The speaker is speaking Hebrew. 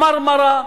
"מרמרה",